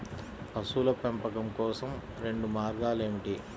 పశువుల పెంపకం కోసం రెండు మార్గాలు ఏమిటీ?